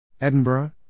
Edinburgh